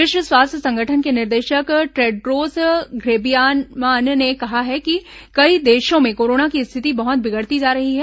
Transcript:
विश्व स्वास्थ्य संगठन के निदेशक टेड्रोस घेब्रियमान ने कहा है कि कई देशों में कोरोना की स्थिति बहुत बिगड़ती जा रही है